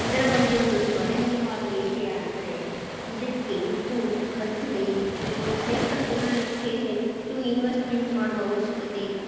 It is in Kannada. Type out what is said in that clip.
ಇದರ ಬಗ್ಗೆ ಒಂದು ಸ್ಮರಣೀಯವಾದ ವಿಷಯ ಅಂದರೆ ಇದಕ್ಕೆ ಹೆಚ್ಚು ಖರ್ಚಿದೆಯೇ ಈ ಸೈಕಲ್ ತೊಗೊಳ್ಳಿಕ್ಕೆ ಹೆಚ್ಚು ಇನ್ವೆಸ್ಟ್ಮೆಂಟ್ ಮಾಡುವ ಅವಶ್ಯಕತೆ ಇಲ್ಲ